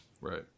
Right